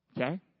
Okay